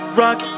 rock